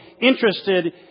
interested